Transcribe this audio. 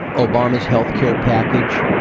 obama's healthcare package,